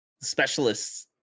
specialists